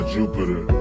Jupiter